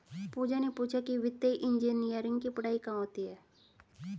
पूजा ने पूछा कि वित्तीय इंजीनियरिंग की पढ़ाई कहाँ होती है?